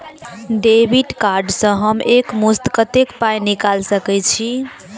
Debit card सँ हम एक मुस्त कत्तेक पाई निकाल सकय छी?